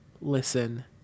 listen